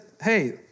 hey